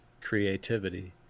creativity